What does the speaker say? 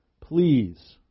please